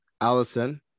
Allison